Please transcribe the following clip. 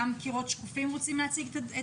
גם "קירות שקופים", רוצים להציג.